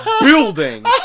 building